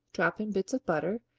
drop in bits of butter,